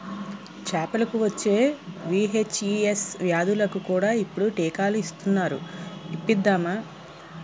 చేపలకు వచ్చే వీ.హెచ్.ఈ.ఎస్ వ్యాధులకు కూడా ఇప్పుడు టీకాలు ఇస్తునారు ఇప్పిద్దామా